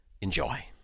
Enjoy